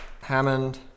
Hammond